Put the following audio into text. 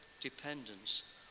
dependence